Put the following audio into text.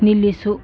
ನಿಲ್ಲಿಸು